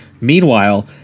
Meanwhile